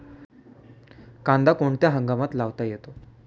कांदा कोणत्या हंगामात लावता येतो?